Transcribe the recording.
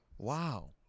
Wow